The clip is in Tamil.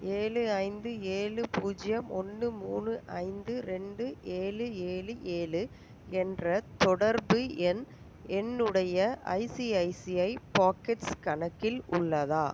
ஏழு ஐந்து ஏழு பூஜ்ஜியம் ஒன்று மூணு ஐந்து ரெண்டு ஏழு ஏழு ஏழு என்ற தொடர்பு எண் என்னுடைய ஐசிஐசிஐ பாக்கெட்ஸ் கணக்கில் உள்ளதா